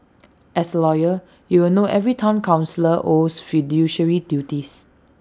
as A lawyer you will know every Town councillor owes fiduciary duties